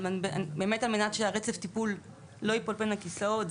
מנת שרצף הטיפול לא ייפול בין הכיסאות.